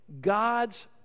God's